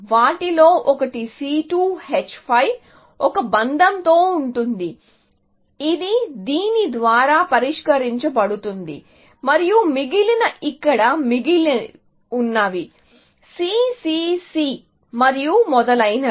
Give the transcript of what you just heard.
వాటిలో ఒకటి C2H5 ఒక బంధంతో ఉంటుంది ఇది దీని ద్వారా పరిష్కరించబడుతుంది మరియు మిగిలినవి ఇక్కడ మిగిలి ఉన్నవి C C C మరియు మొదలైనవి